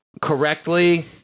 correctly